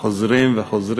וחוזרים,